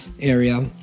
area